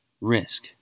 risk